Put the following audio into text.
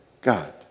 God